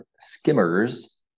skimmers